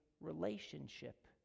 relationship